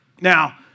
Now